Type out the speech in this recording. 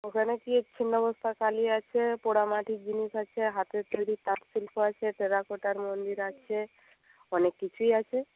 ওখানে কি ছিন্নমস্তার কালী আছে পোড়ামাটির জিনিস আছে হাতের তৈরি তাঁত শিল্প আছে টেরাকোটার মন্দির আছে অনেক কিছুই আছে